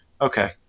okay